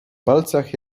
palcach